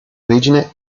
origine